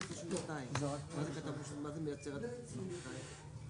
67 כולל התיקונים שנוסחו פה והוקראו?